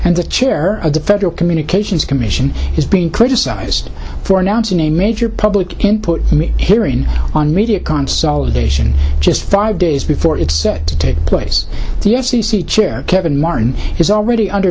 and the chair of the federal communications commission has been criticized for announcing a major public input me hearing on mediacom salvation just five days before it's set to take place the f c c chair kevin martin is already under